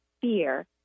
fear